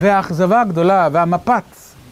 והאכזבה הגדולה, והמפץ.